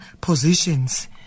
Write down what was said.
positions